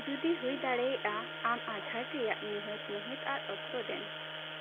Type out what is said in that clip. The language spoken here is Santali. ᱡᱩᱫᱤ ᱦᱩᱭ ᱫᱟᱲᱮᱭᱟᱜᱼᱟ ᱟᱢ ᱟᱡᱷᱟᱴ ᱨᱮᱭᱟᱜ ᱱᱤᱦᱟᱹᱛ ᱢᱟᱹᱦᱤᱛ ᱟᱨ ᱚᱠᱛᱚ ᱫᱮᱱ